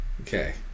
Okay